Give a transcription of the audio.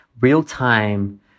real-time